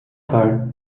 her